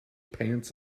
pants